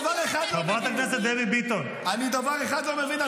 חברת הכנסת דבי ביטון --- אני דבר אחד לא מבין,